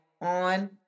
on